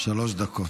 שלוש דקות.